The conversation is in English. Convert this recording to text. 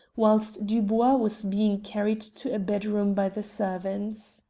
whilst dubois was being carried to a bedroom by the servants.